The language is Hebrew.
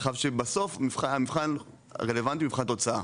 עכשיו, שבסוף, המבחן הרלוונטי הוא מבחן התוצאה,